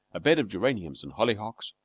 a bed of geraniums and hollyhocks,